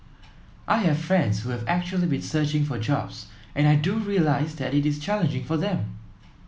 I have friends who have actually been searching for jobs and I do realise that it is challenging for them